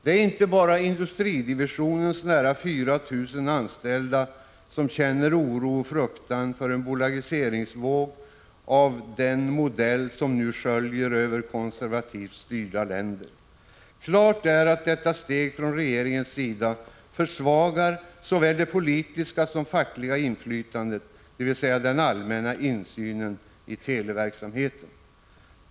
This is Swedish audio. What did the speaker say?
Det är inte bara industridivisionens nära 4 000 anställda som känner oro och fruktar för en bolagiseringsvåg av den modell som nu sköljer över konservativt styrda länder. Klart är att detta steg från regeringens sida försvagar såväl det politiska som det fackliga inflytandet, dvs. den allmänna insynen i televerksamheten.